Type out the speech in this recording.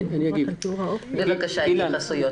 הנושא הזה